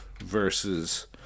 versus